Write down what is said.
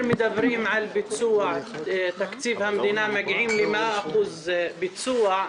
מדברים על ביצוע תקציב המדינה מגיעים למאה אחוז ביצוע,